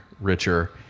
richer